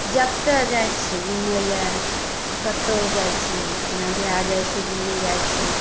जतय जाइत छी घुमय लेल कि कतहु जाइत छी जेना बिहार जाइत छी दिल्ली जाइत छी